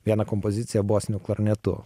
vieną kompoziciją bosiniu klarnetu